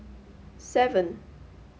seven